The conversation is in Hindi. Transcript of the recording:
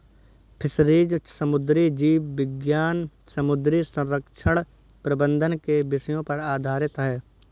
फिशरीज समुद्री जीव विज्ञान समुद्री संरक्षण प्रबंधन के विषयों पर आधारित है